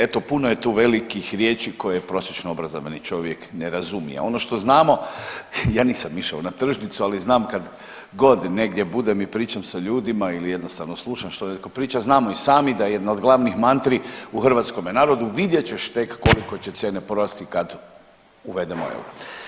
Eto puno je tu velikih riječi koje prosječno obrazovni čovjek ne razumije, ono što znam, ja nisam išao na tržnicu, ali znam kadgod negdje budem i pričam sa ljudima ili jednostavno slušam što netko priča, znamo i sami da je jedna od glavnih mantri u hrvatskome narodu, vidjet ćeš tek koliko će cijene porasti kad uvedemo euro.